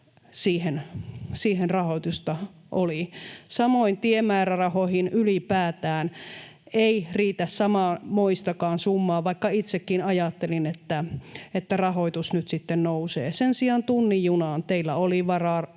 siihen rahoitusta oli. Samoin tiemäärärahoihin ylipäätään ei riitä samanmoistakaan summaa, vaikka itsekin ajattelin, että rahoitus nyt sitten nousee. Sen sijaan tunnin junaan teillä oli varaa